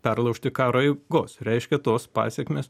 perlaužti karo eigos reiškia tos pasekmės